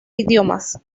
idiomas